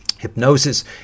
Hypnosis